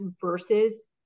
versus